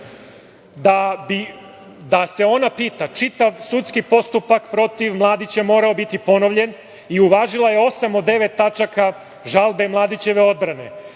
da se ona pita, čitav sudski postupak protiv Mladića morao bi biti ponovljen i uvažila je osam od devet tačaka žalbe Mladićeve odbrane,